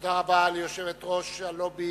תודה רבה ליושבת-ראש הלובי